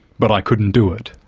but i couldn't do it.